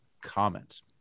Comments